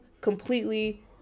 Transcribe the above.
completely